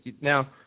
Now